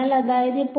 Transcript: അതിനാൽ അതായത്